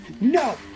no